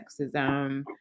sexism